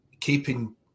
keeping